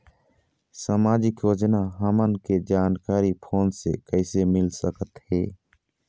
सामाजिक योजना हमन के जानकारी फोन से कइसे मिल सकत हे?